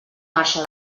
marxa